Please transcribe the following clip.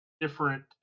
different